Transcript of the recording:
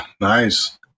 nice